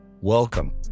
Welcome